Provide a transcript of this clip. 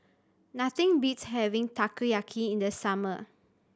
nothing beats having Takoyaki in the summer